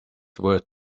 worth